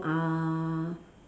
uh